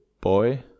boy